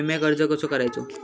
विम्याक अर्ज कसो करायचो?